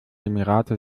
emirate